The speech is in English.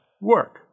work